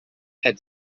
had